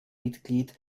mitglied